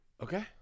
Okay